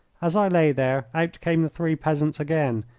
as i lay there, out came the three peasants again,